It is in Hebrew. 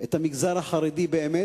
את המגזר החרדי, באמת.